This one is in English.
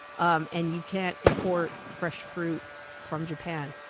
um and you can't import fresh fruit from japan.